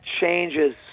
changes